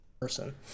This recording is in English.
person